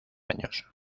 años